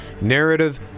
narrative